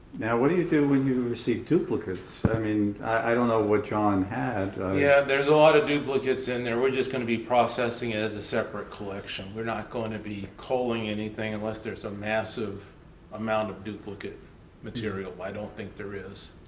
now what do you do when you receive duplicates? i mean, i don't know what john had. pat yeah, there's a lot of duplicates in there we're just gonna be processing it as a separate collection. we're not going to be culling anything unless there's a massive amount of duplicate material. i don't think there is.